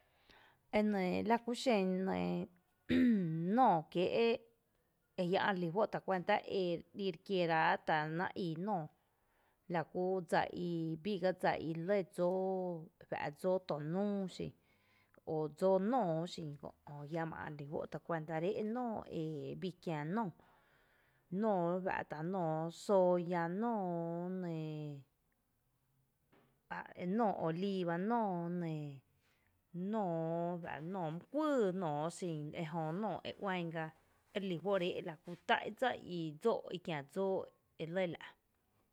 E nɇɇ lakuxen nɇɇ nóoó kiée’ e ajia’ relí juó’ e ta cuanta re ï re kiera´’ ta en’aá’ ii nóoó laku dsa i, bí ga dsa i lɇ dsóo ejua’ dsóo tonúu xin o dsóo nóoó xin kö’ jö ajiama ä’ relí juói’ tacuanta re é’ nóoó ebii kiä nóoó, nóoó ejua’ tá’ nóoó sóya nóoó nɇɇ nóoó oliiva nóoó nɇɇ nóoó ejua’ nóoó mý kuýy xin nóoó e u’an ga erelí juó re é’ lakú tá’ dsa i ds´´o’ i kiä dsóo e lɇ la’.